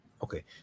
Okay